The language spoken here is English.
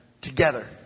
together